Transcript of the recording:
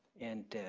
and